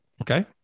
Okay